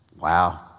wow